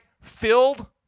filled